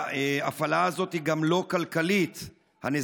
ההפעלה הזאת היא גם לא כלכלית; הנזקים